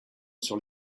sur